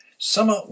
Summer